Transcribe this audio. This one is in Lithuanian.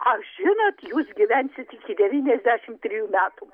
ar žinot jūs gyvensit iki devyniasdešim trijų metų